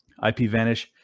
IPVanish